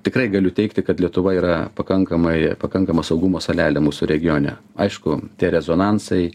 tikrai galiu teigti kad lietuva yra pakankamai pakankama saugumo salelė mūsų regione aišku tie rezonansai